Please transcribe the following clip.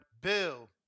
Bill